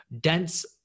dense